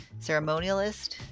ceremonialist